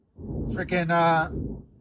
freaking